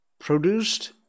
produced